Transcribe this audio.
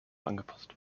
angepasst